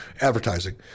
advertising